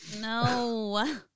No